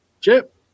chip